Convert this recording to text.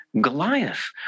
Goliath